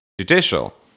judicial